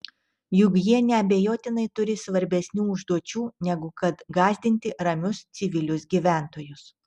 juk jie neabejotinai turi svarbesnių užduočių negu kad gąsdinti ramius civilius gyventojus